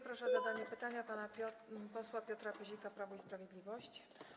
Proszę o zadanie pytania pana posła Piotra Pyzika, Prawo i Sprawiedliwość.